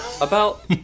About-